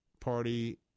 Party